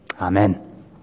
Amen